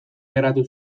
geratu